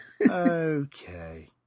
Okay